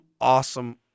Awesome